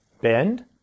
bend